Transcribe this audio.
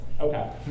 Okay